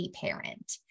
parent